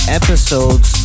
episodes